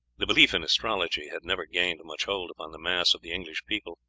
the belief in astrology had never gained much hold upon the mass of the english people,